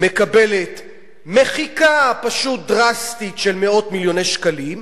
מקבלת מחיקה פשוט דרסטית של מאות מיליוני שקלים,